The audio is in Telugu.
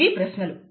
ఇవి ప్రశ్నలు